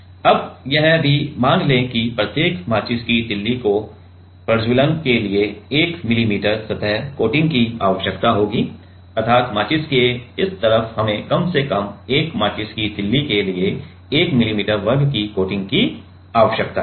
अब यह भी मान लें कि प्रत्येक माचिस की तीली को प्रज्वलन के लिए 1 मिली मीटर सतह कोटिंग की आवश्यकता होती है अर्थात माचिस के इस तरफ हमें कम से कम 1 माचिस की तीली के लिए 1 मिली मीटर वर्ग कोटिंग की आवश्यकता होती है